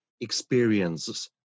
experiences